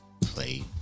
play